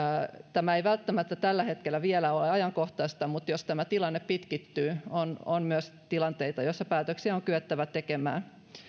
tämä ei välttämättä tällä hetkellä vielä ole ajankohtaista mutta jos tämä tilanne pitkittyy on on myös tilanteita joissa päätöksiä on kyettävä tekemään